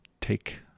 take